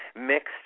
mixed